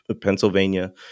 Pennsylvania